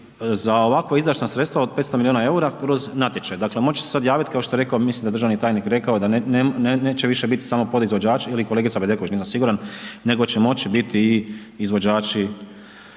za ovako izdašna sredstva od 500 miliona EUR-a kroz natječaj. Dakle, moći će se sad javiti kao što je rekao mislim da je državni tajnik rekao da neće više biti samo podizvođači ili kolegica Bedeković, nisam siguran, nego će moći biti i izvođači